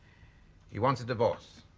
he wants a divorce.